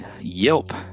yelp